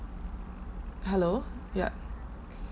hello yup